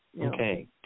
Okay